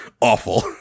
awful